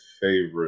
favorite